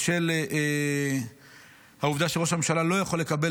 בשל העובדה שראש הממשלה לא יכול לקבל